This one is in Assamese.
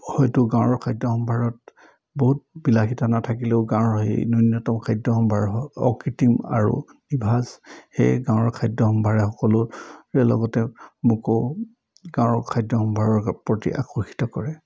হয়তো গাঁৱৰ খাদ্য সম্ভাৰত বহুত বিলাসীতা নাথাকিলেও গাঁৱৰ সেই ন্যূনতম খাদ্য সম্ভাৰ হওক অকৃত্ৰিম আৰু নিভাজ সেয়ে গাঁৱৰ খাদ্য সম্ভাৰে সকলোৰে লগতে মোকো গাঁৱৰ খাদ্য সম্ভাৰৰ প্ৰতি আকৰ্ষিত কৰে